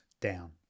down